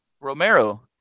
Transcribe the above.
Romero